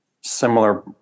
similar